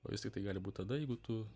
o jis tiktai gali būt tada jeigu tu